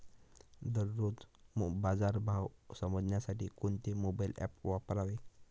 दररोजचे बाजार भाव समजण्यासाठी कोणते मोबाईल ॲप वापरावे?